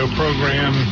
program